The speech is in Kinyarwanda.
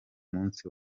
munsi